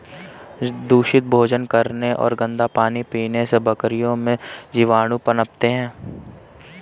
दूषित भोजन करने और गंदा पानी पीने से बकरियों में जीवाणु पनपते हैं